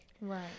Right